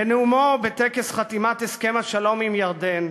בנאומו בטקס חתימת הסכם השלום עם ירדן,